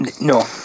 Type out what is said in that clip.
No